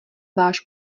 váš